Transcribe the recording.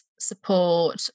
support